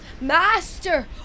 Master